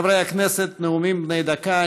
חברי הכנסת, נאומים בני דקה.